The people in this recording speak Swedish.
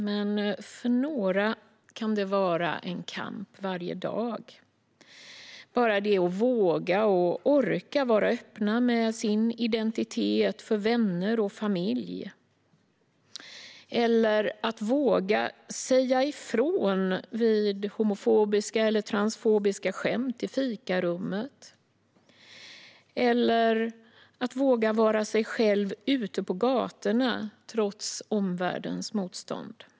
Men för några kan det vara en kamp varje dag att våga och orka vara öppen med sin identitet för vänner och familj, att våga säga ifrån vid homofobiska eller transfobiska skämt i fikarummet eller att våga vara sig själv ute på gatorna trots omvärldens motstånd.